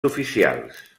oficials